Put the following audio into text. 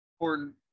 important